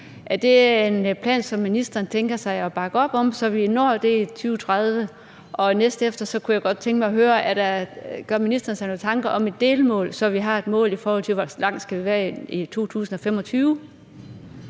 det en plan, som ministeren tænker sig at bakke op om, så vi når det i 2030? Dernæst kunne jeg godt tænke mig at høre, om ministeren gør sig nogen tanker om et delmål, så vi har et mål, i forhold til hvor langt vi skal være i 2025.